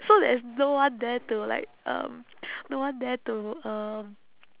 so there is no one there to like um no one there to um